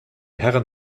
herren